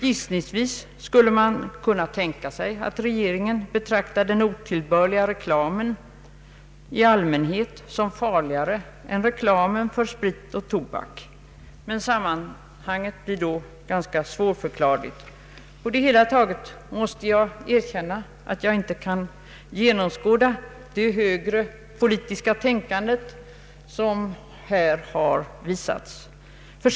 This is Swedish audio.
Gissningsvis skulle man kunna tänka sig att regeringen betraktar den otillbörliga reklamen i allmänhet som farligare än reklamen för sprit och tobak. Sammanhanget blir då ganska svårförklarligt. På det hela taget måste jag erkänna att jag inte kan genomskåda det högre politiska tänkande som har kommit till uttryck.